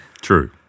True